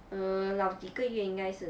err 老几个月应该是